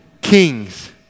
kings